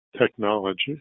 technology